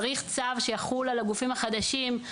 צריך צו שיחול על הגופים החדשים.